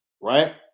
right